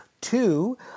two